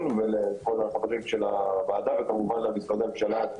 וכל החברים של הוועדה וכמובן למשרדי הממשלה,